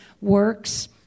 works